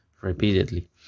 repeatedly